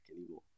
anymore